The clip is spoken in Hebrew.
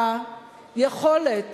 היכולת